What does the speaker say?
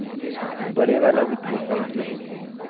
बड़े वाला भी ठीक है